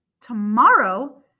Tomorrow